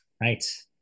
Right